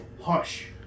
Hush